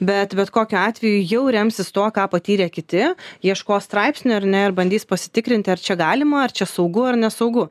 bet bet kokiu atveju jau remsis tuo ką patyrė kiti ieško straipsnių ar ne ir bandys pasitikrinti ar čia galima ar čia saugu ar nesaugu